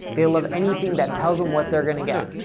they love anything that tells them what they're going to get.